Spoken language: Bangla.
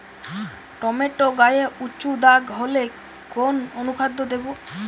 টমেটো গায়ে উচু দাগ হলে কোন অনুখাদ্য দেবো?